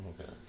Okay